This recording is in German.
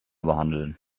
behandeln